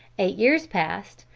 eight years passed,